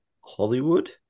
Hollywood